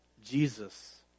Jesus